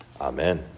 Amen